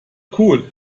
cool